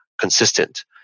consistent